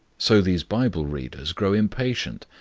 so these bible readers grow impatient,